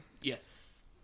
Yes